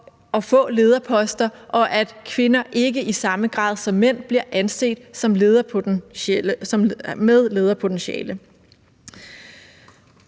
at få lederposter, og at kvinder ikke i samme grad som mænd bliver anset for at have lederpotentiale.